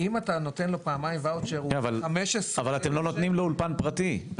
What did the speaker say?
אם אתה נותן לו פעמיים ואוצ'ר --- אבל אתם לא נותנים לו אולפן ציבורי.